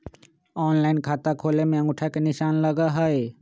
Online खाता खोले में अंगूठा के निशान लगहई?